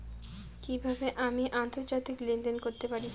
কি কিভাবে আমি আন্তর্জাতিক লেনদেন করতে পারি?